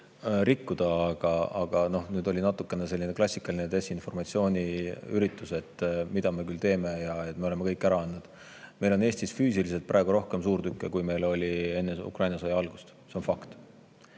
rikkuda, aga nüüd oli natukene selline klassikaline desinformatsiooniüritus: et mida me ometi teeme, me oleme kõik ära andnud. Meil on Eestis füüsiliselt praegu rohkem suurtükke, kui meil oli enne Ukraina sõja algust. See on fakt.